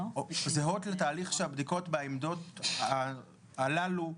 זהות לתהליך שהבדיקות בעמדות הללו עוברות,